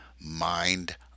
mind